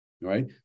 right